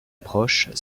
approche